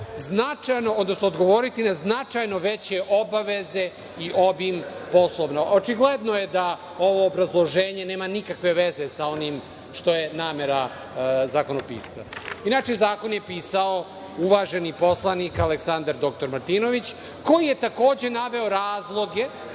odgovoriti na značajno veće obaveze i obim poslova. Očigledno je da ovo obrazloženje nema nikakve veze sa onim što je namera zakonopisca. Inače, zakon je pisao uvaženi poslanik Aleksandar dr Martinović, koji je takođe naveo razloge